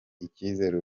icyizere